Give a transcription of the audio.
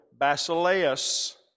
Basileus